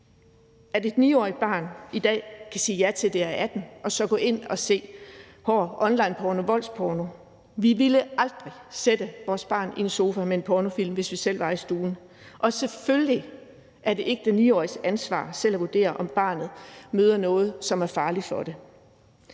at et 9-årigt barn i dag kan sige ja til, at det er 18 år, og så gå ind og se hård onlineporno og voldsporno. Vi ville aldrig sætte vores barn i en sofa med en pornofilm, hvis vi selv var i stuen, og selvfølgelig er det ikke den 9-åriges ansvar selv at vurdere, om barnet møder noget, som er farligt for det.